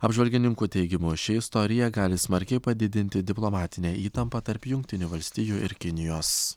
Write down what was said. apžvalgininkų teigimu ši istorija gali smarkiai padidinti diplomatinę įtampą tarp jungtinių valstijų ir kinijos